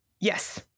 yes